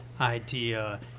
idea